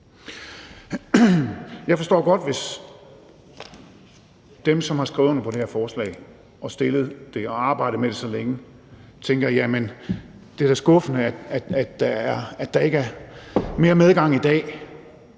Jeg forstår godt, hvis de, der har skrevet under på det her forslag og har arbejdet med så længe, tænker, at det da er skuffende, at der ikke er mere medgang i dag;